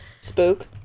Spook